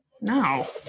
No